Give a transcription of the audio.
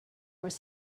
was